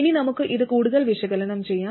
ഇനി നമുക്ക് ഇത് കൂടുതൽ വിശകലനം ചെയ്യാം